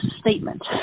statement